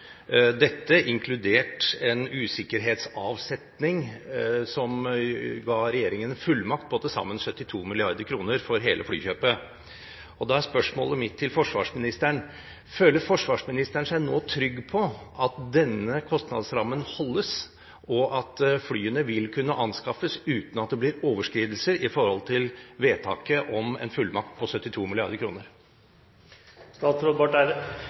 dette, inkludert en usikkerhetsavsetning som ga regjeringen en fullmakt på til sammen 72 mrd. kr for hele flykjøpet. Da er spørsmålet mitt til forsvarsministeren: Føler forsvarsministeren seg nå trygg på at denne kostnadsrammen holdes, og at flyene vil kunne anskaffes uten at det blir overskridelser i forhold til vedtaket om en fullmakt på 72